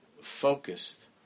focused